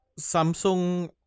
Samsung